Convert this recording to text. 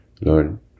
Lord